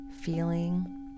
Feeling